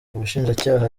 ubushinjacyaha